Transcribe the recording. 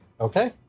Okay